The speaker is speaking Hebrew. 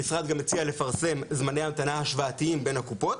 המשרד גם הציע לפרסם זמני המתנה השוואתיים בין הקופות.